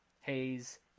Hayes